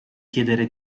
chiedere